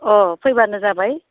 अह फैबानो जाबाय